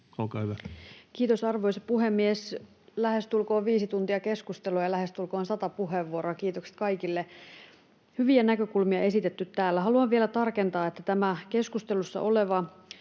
Olkaa hyvä. Kiitos, arvoisa puhemies! Lähestulkoon viisi tuntia keskustelua ja lähestulkoon sata puheenvuoroa — kiitokset kaikille. Hyviä näkökulmia esitetty täällä. Haluan vielä tarkentaa, että tämä keskustelussa oleva